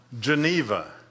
Geneva